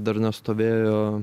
dar nestovėjo